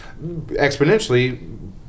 exponentially